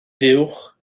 fuwch